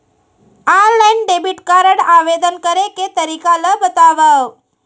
Online debit card आवेदन करे के तरीका ल बतावव?